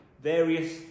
Various